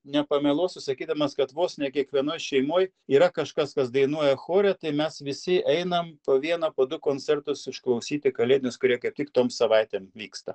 nepameluosiu sakydamas kad vos ne kiekvienoj šeimoj yra kažkas kas dainuoja chore tai mes visi einam po vieną po du koncertus išklausyti kalėdinius kurie kaip tik tom savaitėm vyksta